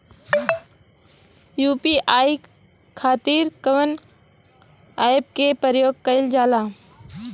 UPI खातीर कवन ऐपके प्रयोग कइलजाला?